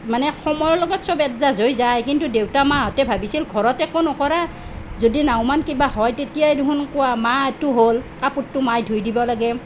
মানে সময়ৰ লগত চব এডজাষ্ট হৈ যায় কিন্তু দেউতা মাহঁতে ভাবিছিল ঘৰত একো নকৰা যদি নাওমান কিবা হয় তেতিয়া দেখোন কোৱা মা এইটো হ'ল কাপোৰটো মায়ে ধুই দিব লাগে